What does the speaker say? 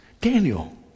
Daniel